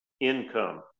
income